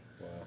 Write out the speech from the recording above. Wow